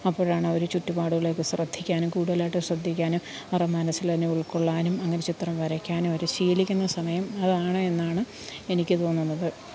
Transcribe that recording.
അപ്പൊഴാണവര് ചുറ്റുപാടുകളെ ഒക്കെ ശ്രദ്ധിക്കാനും കൂടുതലായിട്ട് ശ്രദ്ധിക്കാനും അവറെ മനസ്സില് തന്നെ ഉള്ക്കൊള്ളാനും അങ്ങനെ ചിത്രം വരയ്ക്കാനും അവര് ശീലിക്കുന്ന സമയം അതാണ് എന്നാണ് എനിക്ക് തോന്നുന്നത്